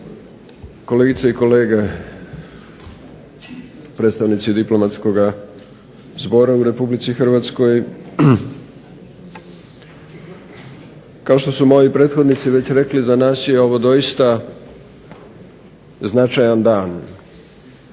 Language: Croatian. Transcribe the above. kolegice i kolege, predstavnici diplomatskog zbora u RH. Kao što su moji prethodnici rekli za nas je ovo doista značajan dan.